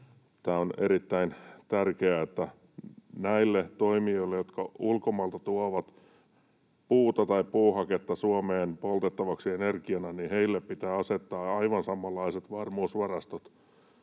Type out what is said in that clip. Tämä on erittäin tärkeää, ja näille toimijoille, jotka ulkomailta tuovat puuta tai puuhaketta Suomeen poltettavaksi energiana, pitää asettaa aivan samanlaiset varmuusvarastot